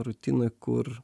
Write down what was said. rutinoj kur